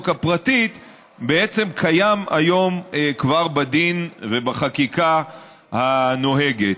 הפרטית בעצם קיים היום כבר בדין ובחקיקה הנוהגת.